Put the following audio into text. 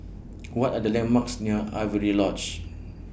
What Are The landmarks near Avery Lodge